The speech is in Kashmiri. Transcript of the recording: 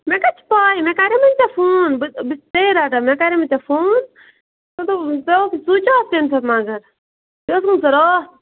مےٚ کتہِ چھِ پےَ مےٚ کریٚومے ژےٚ فون بہٕ چھَس بہٕ چھَس ژیٚے رٹان مےٚ کریٚومے ژےٚ فون مےٚ دوٚپ ژےٚ اوسُے سُچ آف تَمہِ ساتہٕ مگر بیٚیہِ اوسُے ژےٚ راتھ